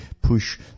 push